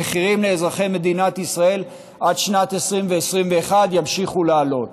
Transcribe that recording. המחירים לאזרחי מדינת ישראל עד שנת 2021 ימשיכו לעלות.